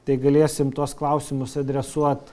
tai galėsim tuos klausimus adresuot